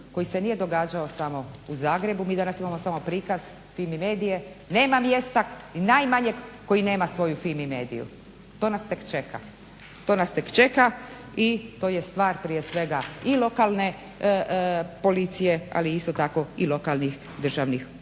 koji se nije događao samo u Zagrebu. Mi danas samo imamo prikaz Fimi Medije nema mjesta i najmanjeg koji nema svoju Fimi Mediju. To nas tek čeka i to je stvar prije svega i lokalne policije ali isto tako i lokalnih državnih